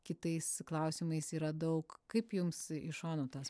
kitais klausimais yra daug kaip jums iš šono tas